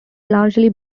largely